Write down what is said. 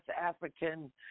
African